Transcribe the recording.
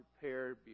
prepared